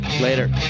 Later